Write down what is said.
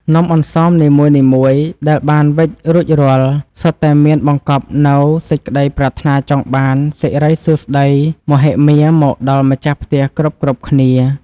នំអន្សមនីមួយៗដែលបានវេចរួចរាល់សុទ្ធតែមានបង្កប់នូវសេចក្ដីប្រាថ្នាចង់បានសិរីសួស្ដីមហិមាមកដល់ម្ចាស់ផ្ទះគ្រប់ៗគ្នា។